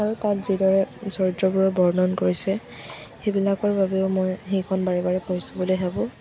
আৰু তাত যিদৰে চৰিত্ৰবোৰৰ বৰ্ণন কৰিছে সেইবিলাকৰ বাবেও মই সেইখন বাৰে বাৰে পঢ়িছোঁ বুলি ভাবোঁ